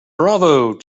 bravo